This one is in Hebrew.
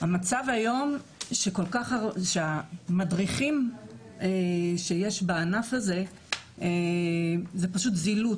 מה שקורה היום בענף הזה זה פשוט זילות.